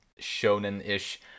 shonen-ish